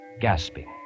gasping